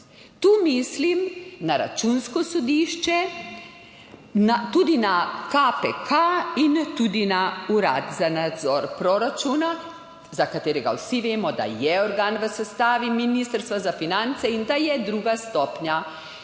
tu mislim na računsko sodišče, tudi na KPK in tudi na Urad za nadzor proračuna, za katerega vsi vemo, da je organ v sestavi Ministrstva za finance in da je druga stopnja